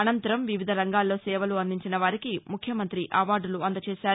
అనంతరం వివిధ రంగాల్లో సేవలు అందించినవారికి ముఖ్యమంతి అవార్డులు అందచేశారు